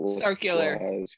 Circular